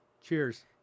cheers